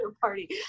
party